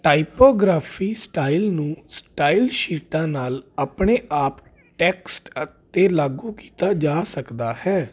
typography style ਨੂੰ style ਸ਼ੀਟਾਂ ਨਾਲ ਆਪਣੇ ਆਪ ਟੈਕਸਟ ਉੱਤੇ ਲਾਗੂ ਕੀਤਾ ਜਾ ਸਕਦਾ ਹੈ